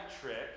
trick